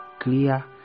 clear